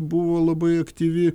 buvo labai aktyvi